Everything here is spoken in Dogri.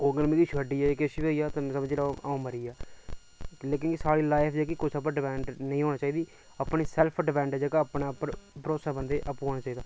ओह् मिगी छड्डियै जां किश बी करी गेआ तां समझो अ'ऊं मरी गेआ लेकिन साढ़ी लाइफ कुसै उप्पर डिपैंड नीं होनी चाहिदी जेह्ड़ा सैल्फ डिपैंड बंदे गी जेह्का अपने उप्पर बंदे गी भरोसा आंपू होना चाहिदा